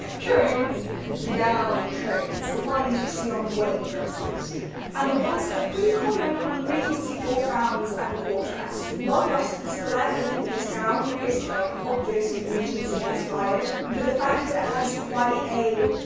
trains the gown and trains the ones you see on wedding dresses and the ones are pretty common on regency ball gowns and court dress. while the rest of the silhouette of this gown isn't like obviously regency inspired but the fact that it has quite a